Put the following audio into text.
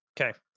Okay